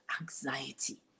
anxiety